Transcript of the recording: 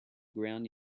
ground